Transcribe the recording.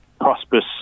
prosperous